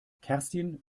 kerstin